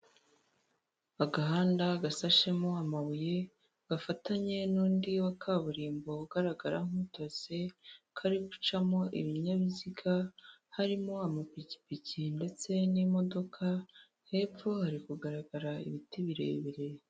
Agahanda gasashemo amabuye gafatanye n'undi wa kaburimbo ugaragara nk'utose kari gucamo ibinyabiziga harimo amapikipiki ndetse n'imodoka hepfo hari kugaragara ibiti birebire.